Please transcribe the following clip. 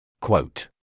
Quote